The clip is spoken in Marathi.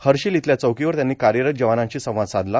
हर्षील इथल्या चौकीवर त्यांनी कार्यरत जवानाशी सवाद साधला